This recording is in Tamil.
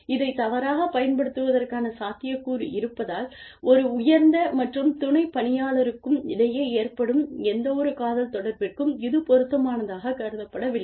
இதை தவறாகப் பயன்படுத்துவதற்கான சாத்தியக்கூறு இருப்பதால் ஒரு உயர்ந்த மற்றும் துணை பணியாளருக்கும் இடையே ஏற்படும் எந்தவொரு காதல் தொடர்பிற்கும் இது பொருத்தமானதாகக் கருதப் பட வில்லை